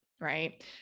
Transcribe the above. Right